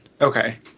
Okay